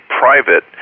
private